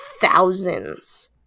thousands